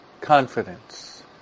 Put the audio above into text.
confidence